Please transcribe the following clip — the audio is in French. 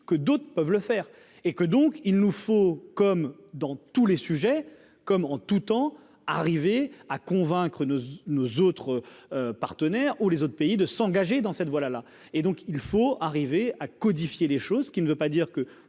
que d'autres peuvent le faire et que donc il nous faut, comme dans tous les sujets, comme en tout temps, arriver à convaincre nos autres partenaires ou les autres pays de s'engager dans cette voie là là et donc il faut arriver à codifier les choses qui ne veut pas dire que